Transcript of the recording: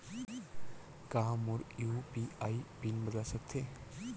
का मोर UPI PIN बदल सकथे?